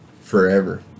forever